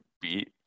beat